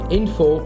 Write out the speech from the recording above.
info